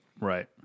Right